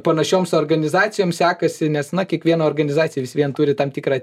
panašioms organizacijoms sekasi nes na kiekviena organizacija vis vien turi tam tikrą